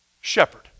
Shepherd